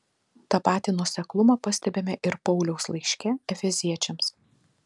tą patį nuoseklumą pastebime ir pauliaus laiške efeziečiams